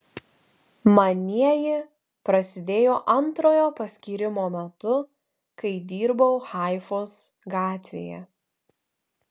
manieji prasidėjo antrojo paskyrimo metu kai dirbau haifos gatvėje